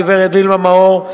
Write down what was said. הגברת וילמה מאור,